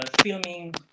filming